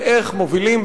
ואיך מובילים,